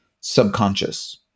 subconscious